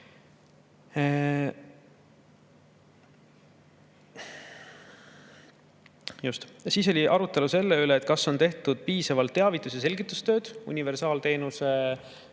Siis oli arutelu selle üle, kas on tehtud piisavalt teavitus- ja selgitustööd universaalteenuse